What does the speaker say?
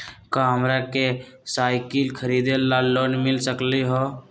का हमरा के साईकिल खरीदे ला लोन मिल सकलई ह?